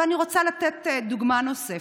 אבל אני רוצה לתת דוגמה נוספת.